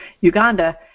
Uganda